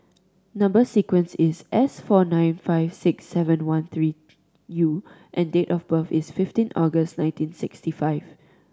number sequence is S four nine five six seven one three U and the date of birth is fifteen August nineteen sixty five